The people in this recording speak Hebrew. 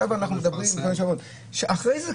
האם היה צריך